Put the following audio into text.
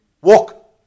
Walk